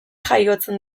jaiotzen